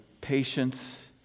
patience